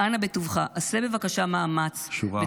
-- אנא בטובך עשה בבקשה מאמץ -- שורה אחת,